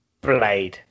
Blade